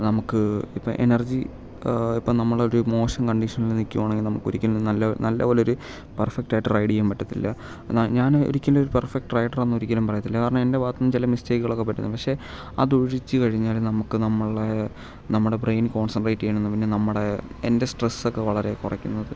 നമുക്ക് ഇപ്പം എനർജി ഇപ്പം നമ്മൾ ഒരു മോശം കണ്ടീഷനിൽ നിൽക്കുവാണെങ്കിൽ നമുക്ക് ഒരിക്കലും നല്ല നല്ലപോലെ ഒരു പെർഫെക്റ്റ് ആയിട്ട് റൈഡ് ചെയ്യാൻ പറ്റത്തില്ല എന്നാൽ ഞാൻ ഒരിക്കലും ഒരു പെർഫെക്റ്റ് റൈഡർ ആണെന്ന് ഒരിക്കലും പറയത്തില്ല കാരണം എൻ്റെ ഭാഗത്ത് നിന്നും ചില മിസ്റ്റേക്കുകളൊക്കെ പറ്റുന്നതാണ് പക്ഷേ അതൊഴിച്ച് കഴിഞ്ഞാൽ നമുക്ക് നമ്മളെ നമ്മുടെ ബ്രെയിൻ കോൺസൻട്രേറ്റ് ചെയ്യാനും പിന്നെ നമ്മുടെ എൻ്റെ സ്ട്രെസ്സ് ഒക്കെ വളരെ കുറയ്ക്കുന്നത്